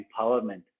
empowerment